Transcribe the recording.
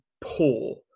poor